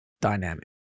dynamic